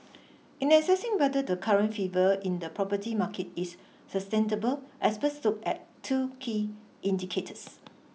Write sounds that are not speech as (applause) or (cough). in assessing whether the current fever in the property market is sustainable experts look at two key indicators (noise)